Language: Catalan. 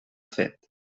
fet